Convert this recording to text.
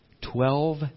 Twelve